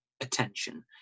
attention